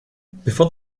before